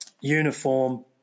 uniform